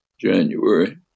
January